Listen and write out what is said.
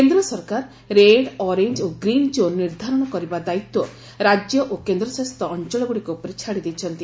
କେନ୍ଦ୍ର ସରକାର red orange ଓ ଗ୍ରୀନ୍ ଜୋନ୍ ନିର୍ଦ୍ଧାରଣ କରିବା ଦାୟିତ୍ୱ ରାଜ୍ୟ ଓ କେନ୍ଦ୍ର ଶାସିତ ଅଞ୍ଚଳଗୁଡ଼ିକ ଉପରେ ଛାଡ଼ିଦେଇଛନ୍ତି